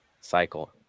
cycle